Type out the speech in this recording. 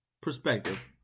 perspective